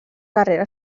carrera